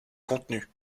contenu